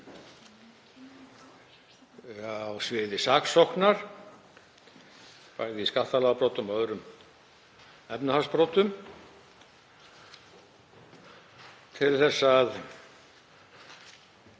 á sviði saksóknar, bæði í skattalagabrotum og öðrum efnahagsbrotum, til að